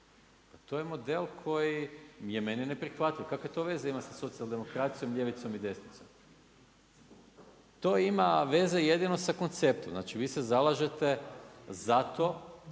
to je model koji je meni neprihvatljiv. Kakve to veze ima sa socijaldemokracijom, ljevicom i desnicom? To ima veze jedino sa konceptom. Znači vi se zalažete za to